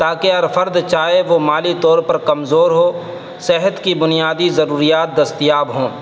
تاکہ ہر فرد چاہے وہ مالی طور پر کمزور ہو صحت کی بنیادی ضروریات دستیاب ہوں